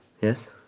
Yes